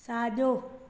साॼो